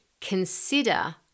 consider